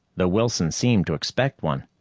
though wilson seemed to expect one.